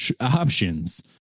options